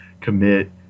commit